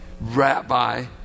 Rabbi